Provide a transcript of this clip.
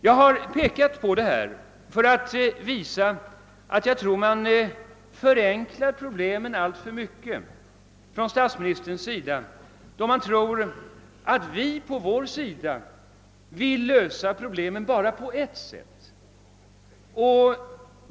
Jag har pekat på detta för att visa att statsministern alltför mycket förenklar problemen då han tror att vi på vår sida vill lösa den bara på ett sätt.